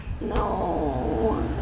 No